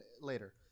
later